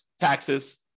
taxes